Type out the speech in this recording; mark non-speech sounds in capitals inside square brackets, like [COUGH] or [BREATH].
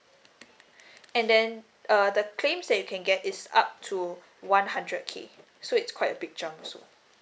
[BREATH] and then uh the claims that you can get is up to one hundred K so it's quite a big jump also